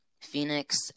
Phoenix